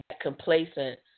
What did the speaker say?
complacent